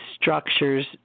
structures